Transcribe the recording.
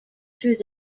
through